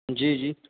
جی جی